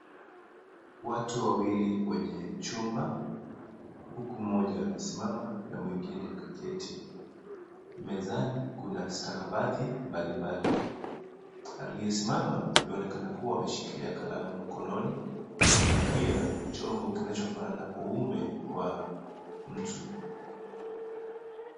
Watu wawili kwenye chumba, huku mmoja amesimama na mwingine kaketi. Mezani kuna stakabadhi mbalimbali. Aliyesimama yu aonekana kuwa ameshikilia kalamu mkononi na pia chombo kinachofanana uumbe wa mtu.